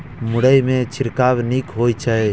मुरई मे छिड़काव नीक होइ छै?